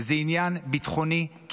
הוא עניין ביטחוני-קיומי.